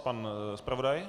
Pan zpravodaj?